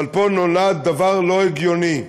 אבל פה נולד דבר לא הגיוני: